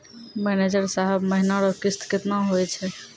manager साहब महीना रो किस्त कितना हुवै छै